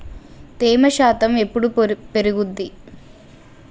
తేమ శాతం ఎప్పుడు పెరుగుద్ది?